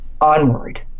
onward